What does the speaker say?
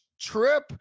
trip